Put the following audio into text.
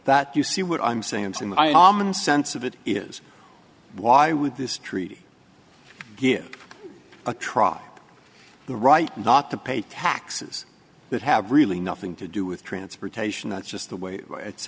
that you see what i'm saying is in the sense of it is why would this treaty give it a try the right not to pay taxes that have really nothing to do with transportation that's just the way it's